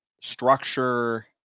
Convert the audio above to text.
structure